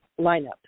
lineup